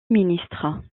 ministres